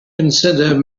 consider